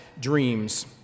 dreams